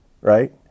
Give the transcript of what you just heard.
right